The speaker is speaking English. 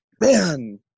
Man